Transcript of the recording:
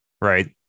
right